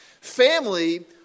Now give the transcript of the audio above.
Family